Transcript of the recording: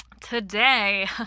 today